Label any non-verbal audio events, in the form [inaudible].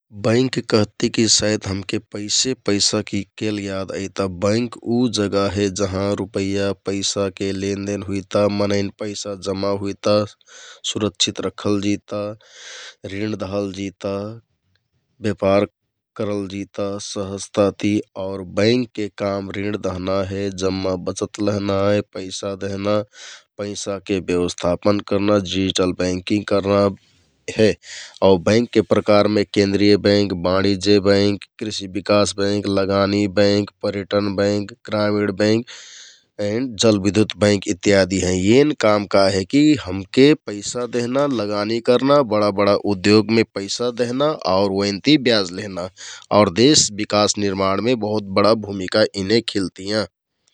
बैंक कहतिकि सायत हमके पैसेपैसाके केल याद अइता । बैंक उ जगह हे जहाँ रुपैया, पैसाके लेन देन हुइता, मनैंन पैसा जमा हुइता, सुरक्षित रखलजिता [noise] रिण दहलजिता, ब्यापार करलजिता सहजताति । आउर बैंकके काम रिण दहना हे, जम्मा बचत लहना हे, पैसा देहना, पैसाके ब्यस्थापन करना, डिजिटल बैंकिङ्ग करना हे आउ बैंकके प्रकारमे केन्द्रिय बैंक, बाणिज्य बैंक, कृषि बिकास बैंक, लगानी बैंक, पर्यटन बैंक, ग्रामिण बैंक, जलबिद्युत बैंक इत्यादि हैं । एन काम काहे कि हमके पैंसा देहना लगानी करना, बडा बडा उद्‍ध्योमे पैसा देहना आउर ओइनति ब्याज लेहना आउर देश बिकास निर्माणमे बहुत भुमिका यिने खिलतियाँ ।